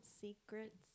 secrets